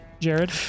Jared